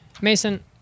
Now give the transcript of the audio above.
Mason